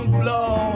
blow